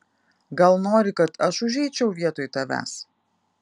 gal nori kad aš užeičiau vietoj tavęs